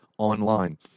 Online